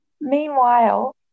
Meanwhile